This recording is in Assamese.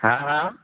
হা হা